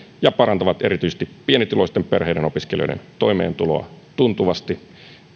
ja parantavat erityisesti pienituloisten perheiden opiskelijoiden toimeentuloa tuntuvasti